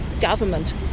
government